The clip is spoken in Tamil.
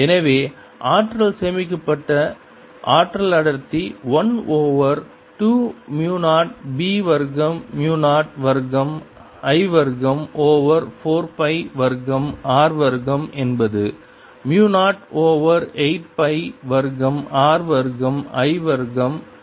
எனவே ஆற்றல் சேமிக்கப்பட்ட ஆற்றல் அடர்த்தி 1 ஓவர் 2 மு 0 b வர்க்கம் மு 0 வர்க்கம் I வர்க்கம் ஓவர் 4 பை வர்க்கம் r வர்க்கம் என்பது மு 0 ஓவர் 8 பை வர்க்கம் r வர்க்கம் I வர்க்கம் சமம் ஆகும்